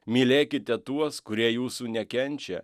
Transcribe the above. mylėkite tuos kurie jūsų nekenčia